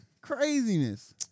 Craziness